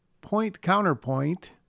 point-counterpoint